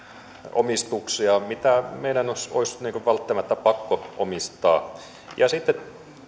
omistuksia mitä meidän olisi välttämättä pakko omistaa ja sitten